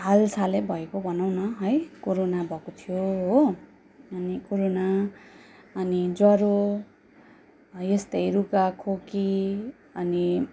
हालसालै भएको भनौँ न है कोरोना भएको थियो हो अनि कोरोना अनि ज्वरो यस्तै रुघा खोकी अनि